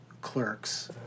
Clerks